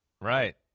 Right